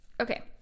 Okay